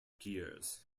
gears